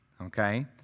Okay